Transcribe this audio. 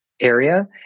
area